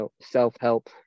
self-help